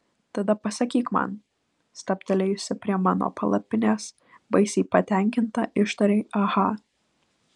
tada pasakyk man stabtelėjusi prie mano palapinės baisiai patenkinta ištarei aha